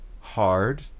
hard